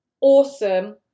awesome